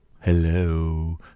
Hello